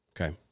Okay